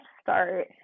start